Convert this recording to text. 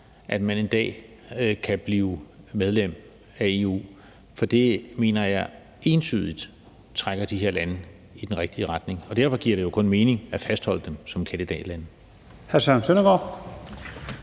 at man en dag kan blive medlem af EU. For det mener jeg entydigt trækker de her lande i den rigtige retning, og derfor giver det jo kun mening at fastholde dem som kandidatlande.